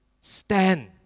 stand